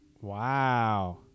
Wow